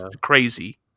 crazy